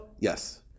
yes